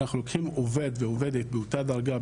כשאנחנו לוקחים עובד ועובדת באותה דרגה,